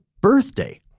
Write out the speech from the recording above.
birthday